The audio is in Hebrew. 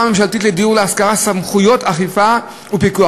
הממשלתית לדיור להשכרה סמכויות אכיפה ופיקוח,